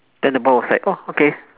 then the boy was like oh okay